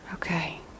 Okay